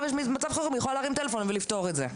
יש מצב חירום היא יכולה להתקשר ולפתור את זה.